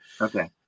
okay